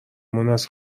مونس